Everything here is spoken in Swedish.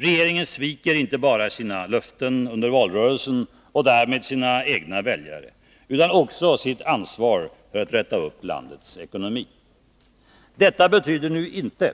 Regeringen sviker inte bara sina löften under valrörelsen, och därmed sina egna väljare, utan också sitt ansvar för att reda upp landets ekonomi. Detta betyder nu inte,